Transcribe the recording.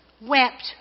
wept